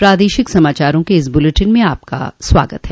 प्रादेशिक समाचारों के इस बुलेटिन में आपका फिर से स्वागत है